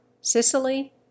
Sicily